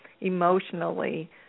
emotionally